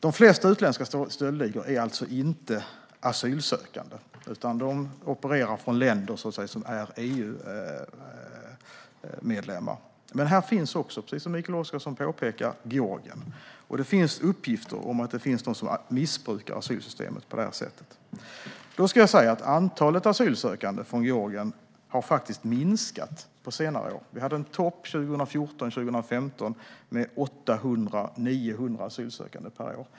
De flesta i de utländska stöldligorna är alltså inte asylsökande, utan de opererar från länder som är EU-medlemmar - men också, som Mikael Oscarsson påpekar, från Georgien. Det finns uppgifter om att det finns de som missbrukar asylsystemet på det sättet. Då ska jag säga att antalet asylsökande från Georgien har minskat på senare år. Vi hade en topp 2014-2015 med 800-900 asylsökande per år.